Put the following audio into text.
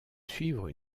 suivre